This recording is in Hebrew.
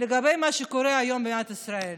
לגבי מה שקורה היום במדינת ישראל,